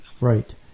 Right